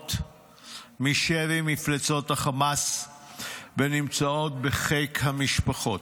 משוחררות משבי מפלצות חמאס ונמצאות בחיק המשפחות.